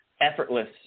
effortless